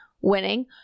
winning